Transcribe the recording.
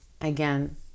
again